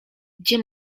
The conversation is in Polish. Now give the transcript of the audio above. gdzie